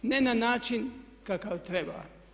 Ne na način kakav treba.